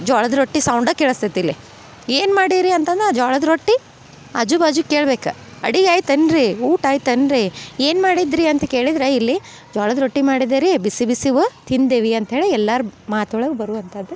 ಜ್ವಾಳದ ರೊಟ್ಟಿ ಸೌಂಡ ಕೇಳಸ್ತೈತೆ ಇಲ್ಲಿ ಏನು ಮಾಡಿರಿ ಅಂತಂದ್ರ ಜ್ವಾಳದ ರೊಟ್ಟಿ ಆಜು ಬಾಜು ಕೇಳ್ಬೇಕು ಅಡಿಗೆ ಆಯ್ತು ಎನು ರೀ ಊಟ ಆಯ್ತು ಏನು ರೀ ಏನು ಮಾಡಿದ್ರಿ ಅಂತ ಕೇಳಿದ್ರ ಇಲ್ಲಿ ಜ್ವಾಳದ ರೊಟ್ಟಿ ಮಾಡಿದ್ದೆ ರೀ ಬಿಸಿ ಬಿಸಿವ್ ತಿಂದೆವಿ ಅಂತ್ಹೇಳಿ ಎಲ್ಲಾರ ಮಾತು ಒಳಗೆ ಬರುವಂಥದ್